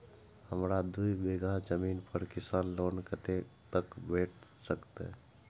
हमरा दूय बीगहा जमीन पर किसान लोन कतेक तक भेट सकतै?